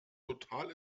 total